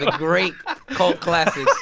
great cult classics. it's